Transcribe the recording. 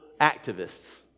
activists